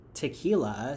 tequila